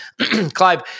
Clive